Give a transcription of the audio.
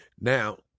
now